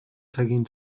цагийн